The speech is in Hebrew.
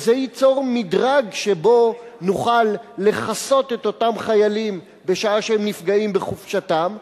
וזה ייצור מדרג שבו נוכל לכסות את אותם חיילים בשעה שהם נפגעים בחופשתם,